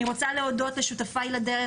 אני רוצה להודות לשותפיי לדרך,